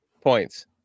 points